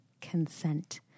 consent